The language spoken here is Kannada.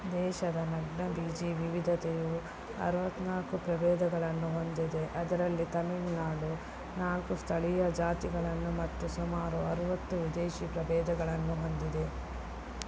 ದೇಶದ ನಗ್ನಬೀಜ ವಿವಿಧತೆಯು ಅರುವತ್ತ್ನಾಲ್ಕು ಪ್ರಭೇದಗಳನ್ನು ಹೊಂದಿದೆ ಅದರಲ್ಲಿ ತಮಿಳ್ನಾಡು ನಾಲ್ಕು ಸ್ಥಳೀಯ ಜಾತಿಗಳನ್ನು ಮತ್ತು ಸುಮಾರು ಅರುವತ್ತು ವಿದೇಶಿ ಪ್ರಭೇದಗಳನ್ನು ಹೊಂದಿದೆ